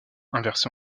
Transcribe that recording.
inversé